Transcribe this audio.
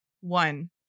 One